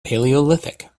paleolithic